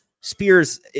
Spears